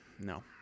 No